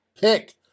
pick